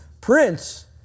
Prince